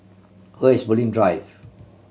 where is Bulim Drive